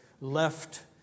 left